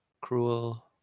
cruel